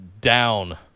down